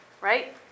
Right